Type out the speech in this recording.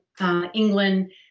England